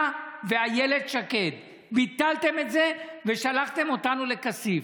אתה ואיילת שקד ביטלתם את זה ושלחתם אותנו לכסיף.